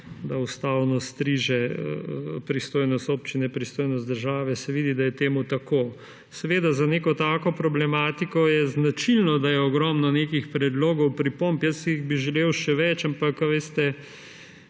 da ustavno striže pristojnost občine, pristojnost države, se vidi, da je temu tako. Seveda, za neko tako problematiko je značilno, da je ogromno nekih predlogov in pripomb. Jaz bi si jih želel še več, ampak, a veste,